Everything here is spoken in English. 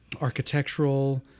architectural